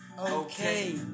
okay